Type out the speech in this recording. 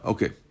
Okay